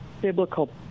biblical